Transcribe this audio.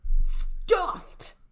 stuffed